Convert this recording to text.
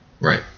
Right